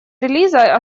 релиза